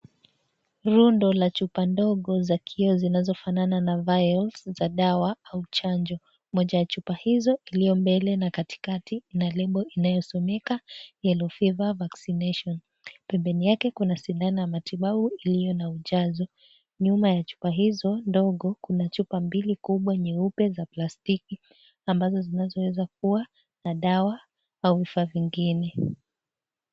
Rundo dawa ya chupa ndogo za kioo zinazofanana na vials za dawa au chanjo. Moja ya chupa hizo iliyo mbali na katikati ina lebo inayosomeka Yellow fever vaccination . Pembeni yake kuna sindano ya matibabu iliyo na mjazo. Nyuma ya chupa hizo ndogo kuna chupa mbili kubwa nyeupe za plastiki ambazo zinazoweza kuwa na dawa au vifaa vingine.